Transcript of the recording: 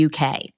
UK